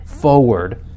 Forward